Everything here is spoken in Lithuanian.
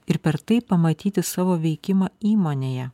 ir per tai pamatyti savo veikimą įmonėje